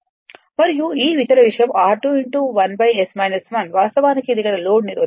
మరియు ఈ ఇతర విషయం r2 1 S 1 వాస్తవానికి ఇది ఇక్కడ లోడ్ నిరోధకత